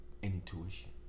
intuition